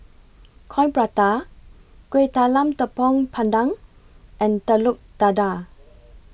Coin Prata Kueh Talam Tepong Pandan and Telur Dadah